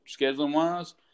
scheduling-wise